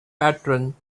patron